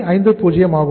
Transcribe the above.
50 ஆகும்